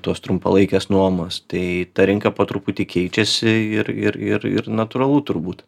tos trumpalaikės nuomos tai ta rinka po truputį keičiasi ir ir ir ir natūralu turbūt